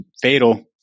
fatal